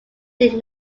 did